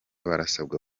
barasabwa